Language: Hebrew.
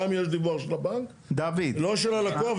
גם אם יש דיווח של הבנק וגם זה,